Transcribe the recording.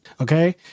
okay